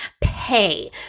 Pay